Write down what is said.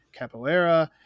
capoeira